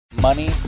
Money